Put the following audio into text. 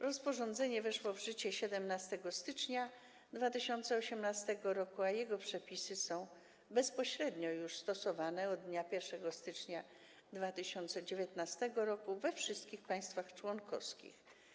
Rozporządzenie weszło w życie 17 stycznia 2018 r., a jego przepisy są bezpośrednio już stosowane od dnia 1 stycznia 2019 r. we wszystkich państwach członkowskich.